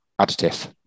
additive